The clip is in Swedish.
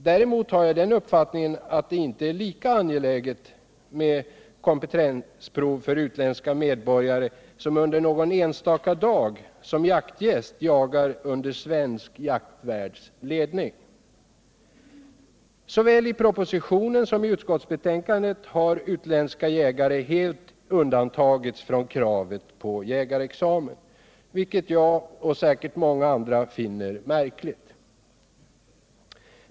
Däremot har jag den uppfattningen att det inte är lika angeläget med kompetensprov för utländska medborgare som under någon enstaka dag som jaktgäst jagar under svensk jaktvärds ledning. Såväl i propositionen som i utskottsbetänkandet har utländska jägare helt undantagits från kravet på jägarexamen, vilket jag och säkert många andra finner märkligt.